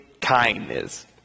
kindness